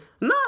No